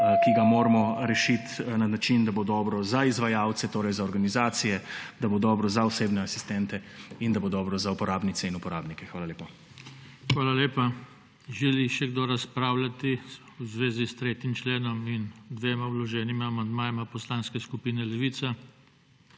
ki ga moramo rešiti na način, da bo dobro za izvajalce, torej za organizacije, da bo dobro za osebne asistente in da bo dobro za uporabnice in uporabnike. Hvala lepa. **PODPREDSEDNIK JOŽE TANKO:** Hvala lepa. Želi še kdo razpravljati v zvezi s 3. členom in dvema vloženima amandmajema Poslanske skupine Levica?